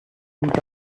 went